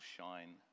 shine